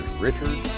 Richard